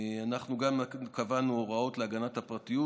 גם קבענו הוראות להגנת הפרטיות,